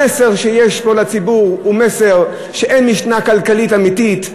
המסר שיש פה לציבור הוא מסר שאין משנה כלכלית אמיתית,